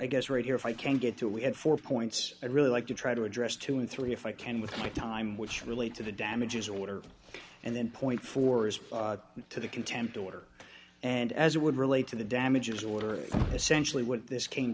again right here if i can get through we had four points i'd really like to try to address two and three if i can with my time which relates to the damages order and then point four as to the contempt order and as it would relate to the damages order essentially what this came